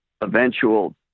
eventual